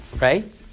right